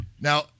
Now